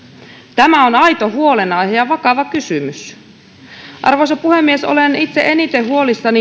tämä on aito huolenaihe ja vakava kysymys arvoisa puhemies olen itse eniten huolissani